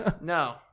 No